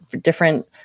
different